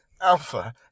Alpha